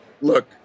look